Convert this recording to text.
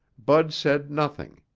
bud said nothing.